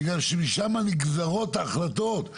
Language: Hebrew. בגלל שמשם נגזרות ההחלטות,